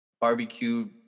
Barbecue